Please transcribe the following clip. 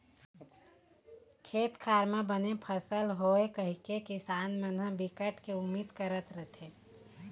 खेत खार म बने फसल होवय कहिके किसान मन ह बिकट के उदिम करत रहिथे